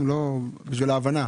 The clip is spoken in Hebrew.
זאת שאלה בשביל ההבנה.